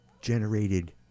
generated